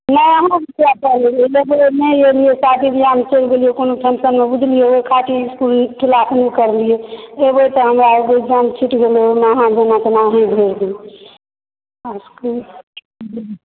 नहि अहाँकेँ किआ लेबै जे नहि एलियै शादी ब्याहमे चलि गेलियै कोनो फ़ंक्शनमे बुझलियै एहि ख़ातिर इस्कुल क्लास नहि करलियै एहिबेर तऽ हमरा इग्ज़ैम छूटि गेलै ओहिमे अहाँ जेना तेना अहीँ भरि दियौ